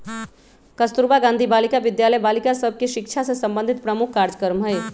कस्तूरबा गांधी बालिका विद्यालय बालिका सभ के शिक्षा से संबंधित प्रमुख कार्जक्रम हइ